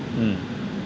mm